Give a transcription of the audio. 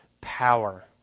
power